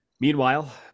Meanwhile